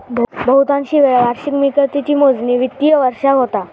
बहुतांशी वेळा वार्षिक मिळकतीची मोजणी वित्तिय वर्षाक होता